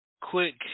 quick